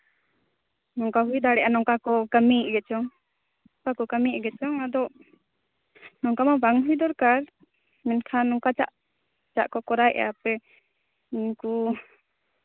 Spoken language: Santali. ᱱᱚᱝᱠᱟ ᱦᱩᱭ ᱫᱟᱲᱮᱭᱟᱜᱼᱟ ᱱᱚᱝᱠᱟ ᱠᱚ ᱠᱟᱹᱢᱤᱭᱮᱫ ᱜᱮ ᱪᱚᱝ ᱦᱚᱲ ᱠᱚ ᱠᱟᱹᱢᱤᱭᱮᱫ ᱜᱮᱪᱚᱝ ᱟᱫᱚ ᱱᱚᱝᱠᱟ ᱢᱟ ᱵᱟᱝ ᱦᱩᱭ ᱫᱚᱨᱠᱟᱨ ᱢᱮᱱᱠᱷᱟᱱ ᱱᱚᱝᱠᱟ ᱪᱟᱜ ᱪᱟᱜ ᱠᱚ ᱠᱚᱨᱟᱣᱮᱫᱼᱟ ᱦᱟᱯᱮ ᱱᱩᱝᱠᱩ